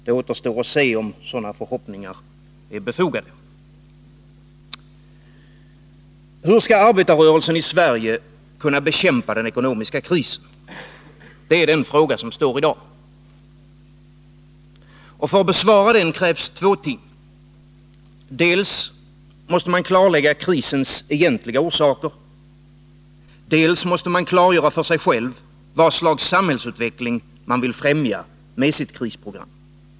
Det återstår att se om sådana förhoppningar är befogade. Hur skall arbetarrörelsen i Sverige kunna bekämpa den ekonomiska krisen? Det är den fråga som står i dag. För att besvara den krävs två ting. Dels måste man klarlägga krisens egentliga orsaker. Dels måste man klargöra för sig själv vad slags samhällsutveckling man vill främja med sitt krisprogram.